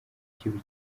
kiba